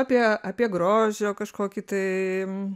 apie apie grožio kažkokį tai